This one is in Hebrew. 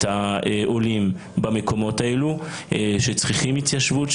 העולים במקומות האלו שצריכים התיישבות,